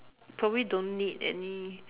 probably don't need any